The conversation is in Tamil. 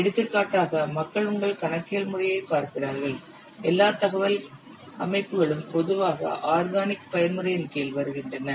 எடுத்துக்காட்டாக மக்கள் உங்கள் கணக்கியல் முறையைப் பார்க்கிறார்கள் எல்லா தகவல் அமைப்புகளும் பொதுவாக ஆர்கானிக் பயன்முறையின்கீழ் வருகின்றன